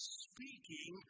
speaking